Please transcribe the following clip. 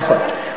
נכון.